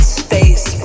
space